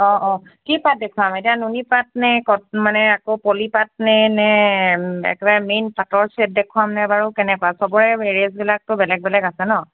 অঁ অঁ কি পাট দেখুৱাম এতিয়া নুনি পাট নে কট মানে আকৌ পলিপাট নে নে একেবাৰে মেইন পাটৰ চেট দেখুৱামনে বাৰু কেনেকুৱা সবৰে ভেৰিয়াচবিলাকটো বেলেগ বেলেগ আছে ন